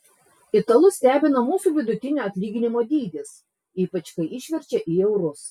italus stebina mūsų vidutinio atlyginimo dydis ypač kai išverčia į eurus